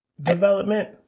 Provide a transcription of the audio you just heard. development